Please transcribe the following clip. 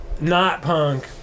Not-punk